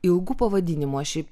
ilu pavadinimu aš jį